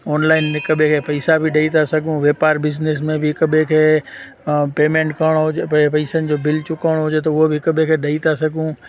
online हिक ॿिए खे पइसा बि ॾेई था सघूं वापारु बिज़िनिस में बि हिक ॿिए खे पेमेंट करिणो हुजे प पइसनि जो बिल चुकाणो हुजे त उहो बि हिक ॿिए खे ॾेई था सघूं